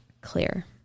clear